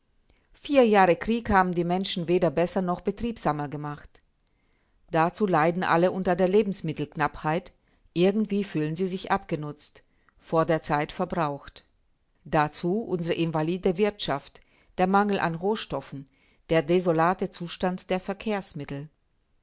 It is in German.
vier jahre krieg haben die menschen weder besser noch betriebsamer gemacht dazu leiden alle unter der lebensmittelknappheit irgendwie fühlen sie sich abgenutzt vor der zeit verbraucht dazu unsere invalide wirtschaft der mangel an rohstoffen der desolate zustand der verkehrsmittel